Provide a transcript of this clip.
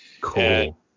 Cool